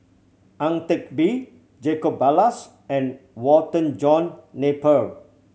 Ang Teck Bee Jacob Ballas and Walter John Napier